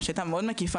שהייתה מאוד מקיפה,